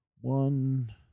one